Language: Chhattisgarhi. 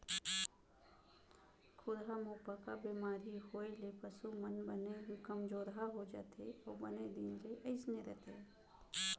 खुरहा मुहंपका बेमारी होए ले पसु मन बने कमजोरहा हो जाथें अउ बने दिन ले अइसने रथें